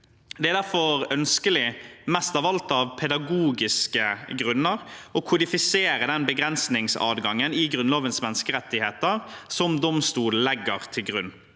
Det er derfor ønskelig, mest av alt av pedagogiske grunner, å kodifisere den begrensningsadgangen i Grunnlovens menneskerettigheter som domstolen legger til grunn.